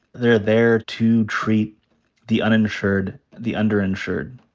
they're there to treat the uninsured, the underinsured.